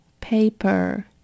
paper